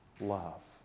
love